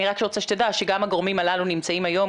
אני רוצה שתדע שגם הגורמים הללו נמצאים היום,